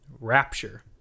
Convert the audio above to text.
Rapture